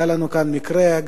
היה לנו כאן מקרה,